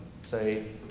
say